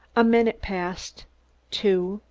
a minute passed two,